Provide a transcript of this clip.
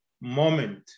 moment